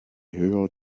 höher